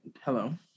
hello